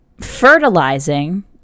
fertilizing